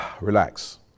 Relax